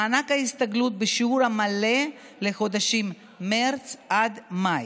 מענק ההסתגלות בשיעור המלא לחודשים מרץ עד מאי,